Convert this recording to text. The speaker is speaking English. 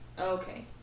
Okay